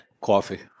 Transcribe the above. Coffee